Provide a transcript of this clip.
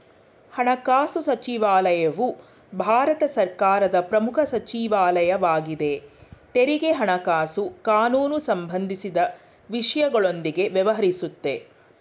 ಹಣಕಾಸು ಸಚಿವಾಲಯವು ಭಾರತ ಸರ್ಕಾರದ ಪ್ರಮುಖ ಸಚಿವಾಲಯವಾಗಿದೆ ತೆರಿಗೆ ಹಣಕಾಸು ಕಾನೂನು ಸಂಬಂಧಿಸಿದ ವಿಷಯಗಳೊಂದಿಗೆ ವ್ಯವಹರಿಸುತ್ತೆ